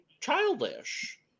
childish